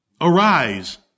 arise